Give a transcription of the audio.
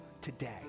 today